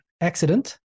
accident